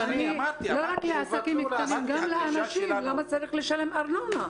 גם לאנשים - למה צריך לשלם ארנונה?